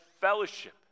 fellowship